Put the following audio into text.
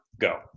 go